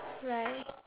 right